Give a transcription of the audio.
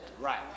Right